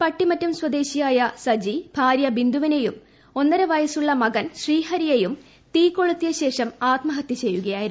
പട്ടിമറ്റം സ്വദേശിയായ ് സജി ഭാര്യ ബിന്ദുവിനെയും ഒന്നരവയ സ്സുള്ള മകൻ ശ്രീഹരിയെയും തീകൊളുത്തിയ ശേഷം ആത്മഹത്യ ചെയ്യുകയായിരുന്നു